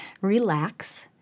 relax